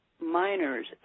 miners